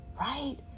Right